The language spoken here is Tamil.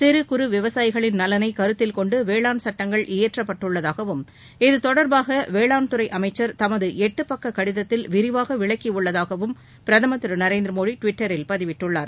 சிறு குறு விவசாயிகளின் நலனை கருத்தில் கொண்டு வேளாண் சட்டங்கள் இயற்றப்பட்டுள்ளதாகவும் இது தொடர்பாக வேளாண் துறை அமைச்சர் தமது எட்டு பக்க கடிதத்தில் விரிவாக விளக்கியுள்ளதாகவும் பிரதமர் திரு நரேந்திர மோடி டுவிட்டரில் பதிவிட்டுள்ளார்